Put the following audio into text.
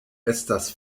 estas